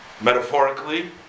Metaphorically